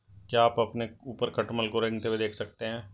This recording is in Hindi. क्या आप अपने ऊपर खटमल को रेंगते हुए देख सकते हैं?